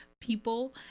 people